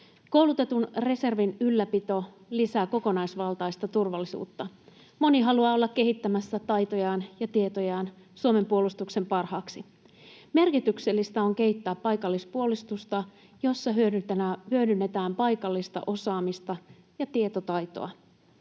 Koulutetun reservin ylläpito lisää kokonaisvaltaista turvallisuutta. Moni haluaa olla kehittämässä taitojaan ja tietojaan Suomen puolustuksen parhaaksi. Merkityksellistä on kehittää paikallispuolustusta, jossa hyödynnetään paikallista osaamista ja tietotaitoa.